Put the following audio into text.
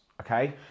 okay